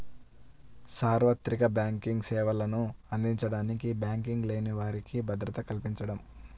సార్వత్రిక బ్యాంకింగ్ సేవలను అందించడానికి బ్యాంకింగ్ లేని వారికి భద్రత కల్పించడం